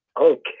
Okay